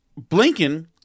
Blinken